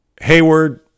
Hayward